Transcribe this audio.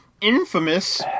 Infamous